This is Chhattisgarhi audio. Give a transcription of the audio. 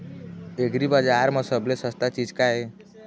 एग्रीबजार म सबले सस्ता चीज का ये?